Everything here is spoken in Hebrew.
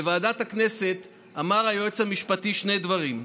בוועדת הכנסת אמר היועץ המשפטי שני דברים.